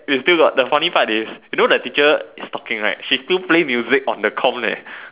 we still got the funny part is you know the teacher is talking right she still play music on the comp leh